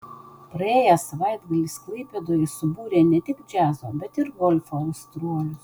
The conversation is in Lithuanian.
praėjęs savaitgalis klaipėdoje subūrė ne tik džiazo bet ir golfo aistruolius